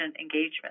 engagement